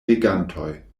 regantoj